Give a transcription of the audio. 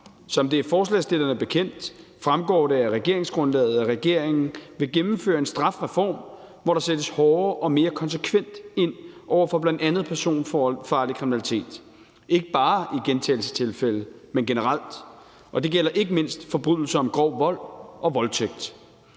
Som det er forslagsstillerne bekendt, fremgår det af regeringsgrundlaget, at regeringen vil gennemføre en strafreform, hvor der sættes hårdere og mere konsekvent ind over for bl.a. personfarlig kriminalitet – ikke bare i gentagelsestilfælde, men generelt. Det gælder ikke mindst forbrydelser om grov vold og voldtægt.